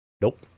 Nope